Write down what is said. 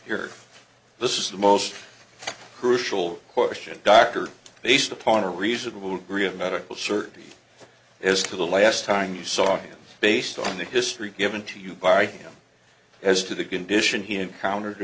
here this is the most crucial question doctor based upon a reasonable degree of medical certainty as to the last time you saw him based on the history given to you by him as to the condition he encountered